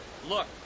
Look